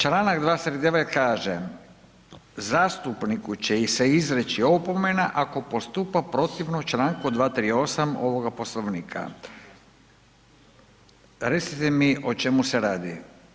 Članak 239. kaže: „Zastupniku će se izreći opomena ako postupa protivno članku 238. ovoga Poslovnika.“ Recite mi o čemu se radi.